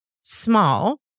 small